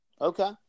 Okay